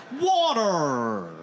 Water